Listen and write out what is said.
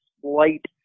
slight